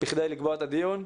בכדי לקבוע את הדיון,